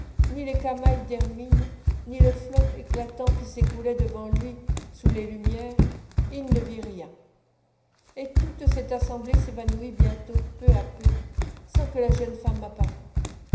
ni les camails d'hermine ni le flot éclatant qui s'écoulait devant lui sous les lumières il ne vit rien et toute cette assemblée s'évanouit bientôt peu à peu sans que la jeune femme apparût